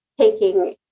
taking